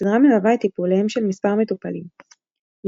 הסדרה מלווה את טיפוליהם של מספר מטופלים יסמין,